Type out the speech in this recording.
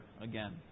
again